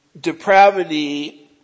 depravity